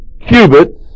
cubits